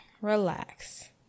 relax